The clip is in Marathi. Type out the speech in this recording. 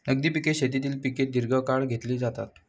नगदी पिके शेतीतील पिके दीर्घकाळ घेतली जातात